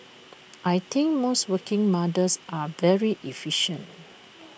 I think most working mothers are very efficient